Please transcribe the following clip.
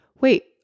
wait